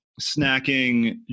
snacking